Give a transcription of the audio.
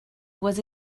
was